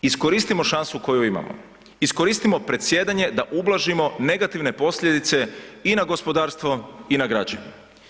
Iskoristimo šansu koju imamo, iskoristimo predsjedanje da ublažimo negativne posljedice i na gospodarstvo i na građane.